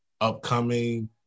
upcoming